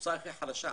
הקבוצה הכי חלשה,